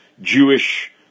Jewish